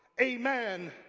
Amen